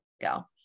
go